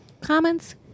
comments